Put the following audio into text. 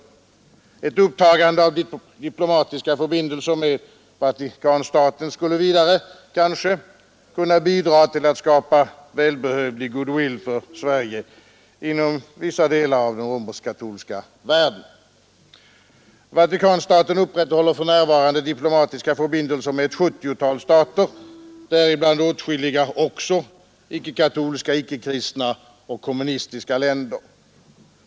Ett upptagande av diplomatiska förbindelser med Vatikanstaten skulle kanske också bidra till att skapa välbehövlig goodwill för Sverige inom vissa delar av den romersk-katolska världen. Vatikanstaten upprätthåller för närvarande diplomatiska förbindelser med ett 70-tal stater, däribland åtskilliga icke-katolska och icke-kristna länder samt kommunistiska stater.